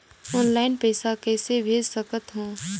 Online पइसा कइसे भेज सकत हो?